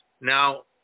Now